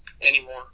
anymore